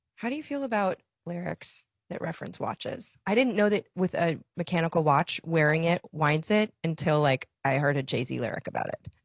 how do you feel about lyrics that reference watches? i didn't know that with a mechanical watch, wearing it winds it, until like i heard a jay-z lyric about it.